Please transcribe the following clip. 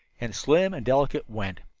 and slim and delicate went!